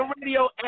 radio